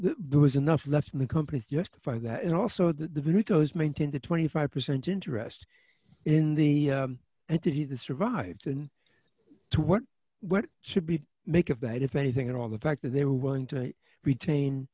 there was enough left in the company's justify that and also the ricos maintain the twenty five percent interest in the entity the survived and to what what should be make of that if anything at all the fact that they were willing to retain